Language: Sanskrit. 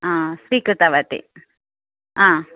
स्वीकृतवती